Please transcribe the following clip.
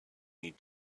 need